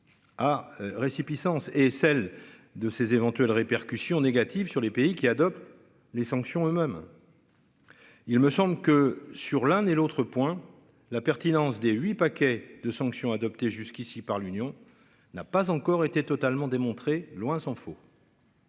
À résipiscence et celle de ses éventuelles répercussions négatives sur les pays qui adopte les sanctions eux-mêmes.-- Il me semble que sur l'un et l'autre point, la pertinence dès huit paquets de sanctions adoptées jusqu'ici par l'Union n'a pas encore été totalement démontré. Loin s'en faut.